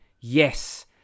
Yes